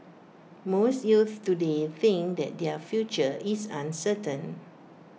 most youths today think that their future is uncertain